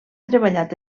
treballat